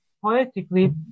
poetically